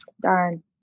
Darn